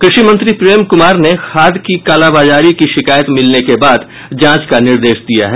कृषि मंत्री प्रेम कुमार ने खाद की कालाबाजारी की शिकायत मिलने के बाद जांच का निर्देश दिया है